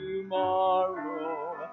tomorrow